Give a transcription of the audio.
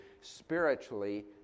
spiritually